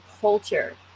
culture